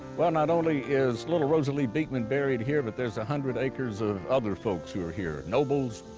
well, not only is little rosalie beekman buried here, but there's a hundred acres of other folks who are here, nobles,